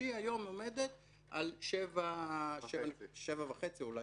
שהיא היום עומדת על 7.5% אולי